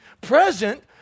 Present